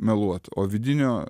meluot o vidinio